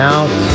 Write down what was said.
Out